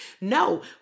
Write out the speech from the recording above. No